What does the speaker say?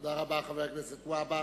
תודה רבה, חבר הכנסת והבה.